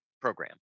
program